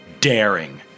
daring